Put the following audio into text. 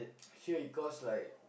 sure it costs like